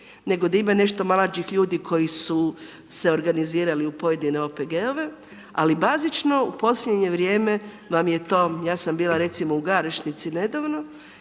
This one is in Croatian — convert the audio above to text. nego da ima nešto mlađih ljudi koji su se organizirali u pojedine OPG-ove ali bazično u posljednje vrijeme vam je to, ja sam bila recimo u Garešnici nedavno